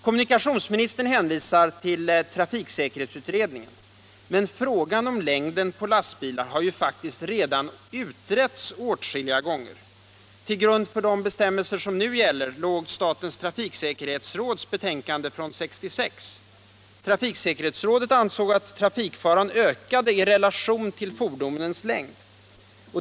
Kommunikationsministern hänvisar till trafiksäkerhetsutredningen, men frågan om längden på lastbilar har faktiskt redan utretts åtskilliga gånger. Till grund för de bestämmelser som nu gäller låg statens trafiksäkerhetsråds betänkande från 1966. Trafiksäkerhetsrådet ansåg att trafikfaran ökade i relation till fordonens längd.